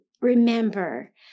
remember